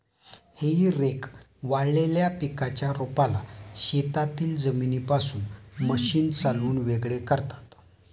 हेई रेक वाळलेल्या पिकाच्या रोपाला शेतातील जमिनीपासून मशीन चालवून वेगळे करतात